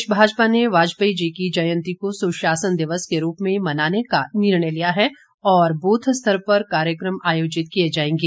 प्रदेश भाजपा ने वाजपेयी जी की जयंती को सुशासन दिवस के रूप में मनाने का निर्णय लिया है और बूथ स्तर पर कार्यक्रम आयोजित किए जाएंगे